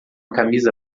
camisa